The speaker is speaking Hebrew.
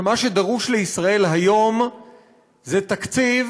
שמה שדרוש לישראל היום זה תקציב